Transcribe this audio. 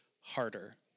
harder